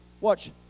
watch